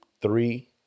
three